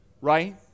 Right